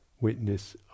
witness